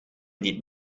niet